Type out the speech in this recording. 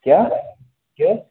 کیٛاہ کیٛاہ حظ